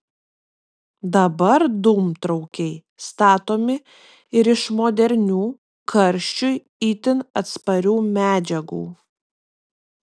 dabar dūmtraukiai statomi ir iš modernių karščiui itin atsparių medžiagų